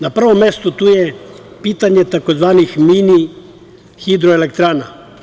Na prvom mestu tu je pitanje tzv. mini hidroelektrana.